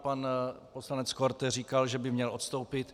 Pan poslanec Korte říkal, že by měl odstoupit.